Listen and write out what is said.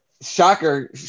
Shocker